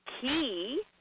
key